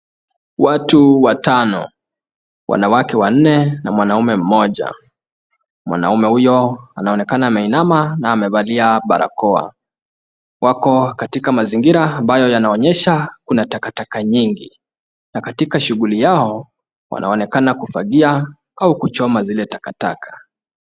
Watu watano, wanawake wanne na mwanaume mmoja, mwanaume huyo, anaonekana ameinama na amevalia barakoa, wako katika mazingira ambayo yanaonyesha kuna takataka nyingi, na katika shughuli yao, wanaonekana kufagia au kuchoma zile takataka.